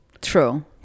true